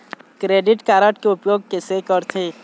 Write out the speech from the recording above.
Credit card के उपयोग कैसे करथे?